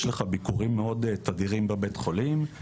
יש לך ביקורים מאוד תדירים בבית החולים,